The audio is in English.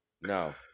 No